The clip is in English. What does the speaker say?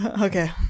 Okay